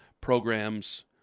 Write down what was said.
programs